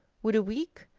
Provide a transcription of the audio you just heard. would a week?